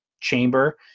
chamber